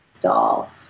doll